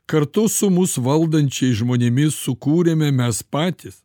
kartu su mus valdančiais žmonėmis sukūrėme mes patys